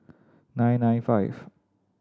nine nine five